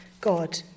God